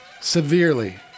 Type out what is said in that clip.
Severely